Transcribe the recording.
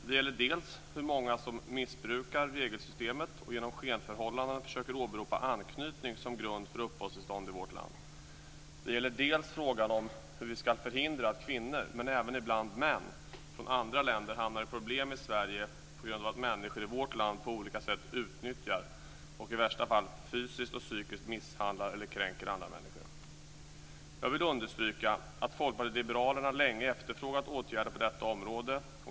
Det gäller dels hur många som missbrukar regelsystemet och genom skenförhållanden försöker åberopa anknytning som grund för uppehållstillstånd i vårt land, dels frågan om hur vi ska förhindra att kvinnor, men även ibland män, från andra länder hamnar i problem i Sverige på grund av att människor i vårt land på olika sätt utnyttjar och i värsta fall fysiskt och psykiskt misshandlar eller kränker andra människor. Jag vill understryka att Folkpartiet liberalerna länge efterfrågat åtgärder på detta område.